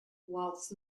whilst